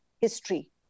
history